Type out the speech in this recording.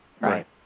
Right